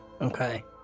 Okay